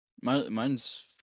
mine's